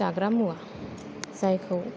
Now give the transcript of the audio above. जाग्रा मुवा जायखौ